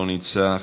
לא נמצא.